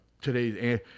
today's